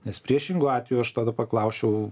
nes priešingu atveju aš tada paklausčiau